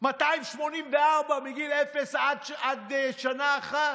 284 מגיל אפס עד שנה אחת,